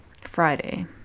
Friday